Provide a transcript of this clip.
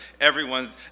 everyone's